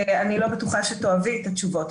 אני לא בטוחה שתאהבי את התשובות.